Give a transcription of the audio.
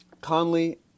Conley